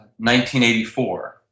1984